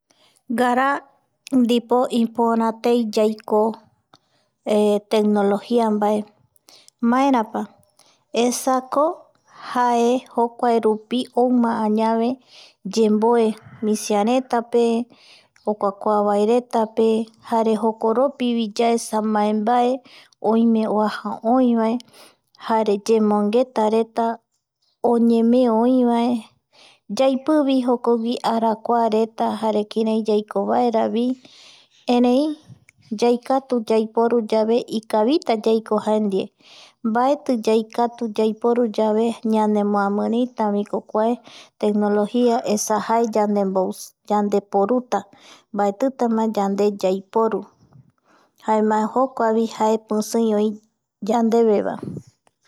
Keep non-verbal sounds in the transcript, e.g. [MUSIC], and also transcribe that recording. Ngaraa ndipo ipora tei yaiko [HESITATION] tecnologia mbae maerapa, esako jae jokuarupi ouma añave yandeve yemboe [NOISE] misiaretape okua kuavaeretape jare jokoropivi yaesa mbae, mbae oime oaja oi vae jare yemongeta reta oñemee oivae yaipiivi jokogui arakuareta jare kirai yaikovaeravi erei [NOISE] yaikatu yaipoyave ikavita yaiko jaendive, mbaeti yaikatu yaiko yave ñanemoamiritako kuae tecnología esa jae [NOISE] [HESITATION] yandeporuta mbaetitama yande yaiporu jaema jokuaevi pisii oi yandevevae